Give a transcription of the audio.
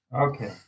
Okay